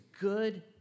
good